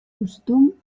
costum